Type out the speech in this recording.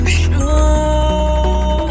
show